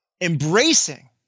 embracing –